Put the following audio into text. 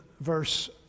verse